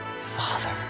Father